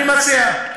אני מציע.